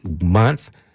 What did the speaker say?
month